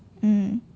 mm